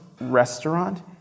restaurant